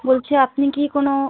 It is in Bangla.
বলছি আপনি কি কোনো